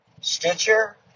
Stitcher